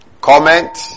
Comment